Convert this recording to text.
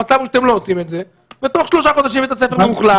המצב הוא שאתם לא עושים את זה ותוך שלושה חודשים בית הספר מאוכלס,